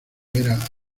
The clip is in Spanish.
era